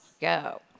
go